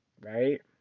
right